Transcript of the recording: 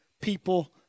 people